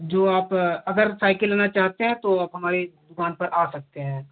जो आप अगर साइकिल लेना चाहते हैं तो आप हमारे दुकान पर आ सकते हैं